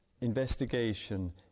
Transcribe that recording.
investigation